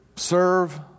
serve